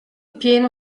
pieno